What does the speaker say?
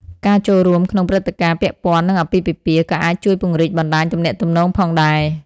ការចូលរួមក្នុងព្រឹត្តិការណ៍ពាក់ព័ន្ធនឹងអាពាហ៍ពិពាហ៍ក៏អាចជួយពង្រីកបណ្តាញទំនាក់ទំនងផងដែរ។